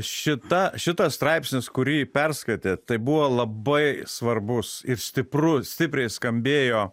šita šitas straipsnis kurį perskaitėt tai buvo labai svarbus ir stiprus stipriai skambėjo